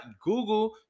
Google